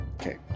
Okay